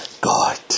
God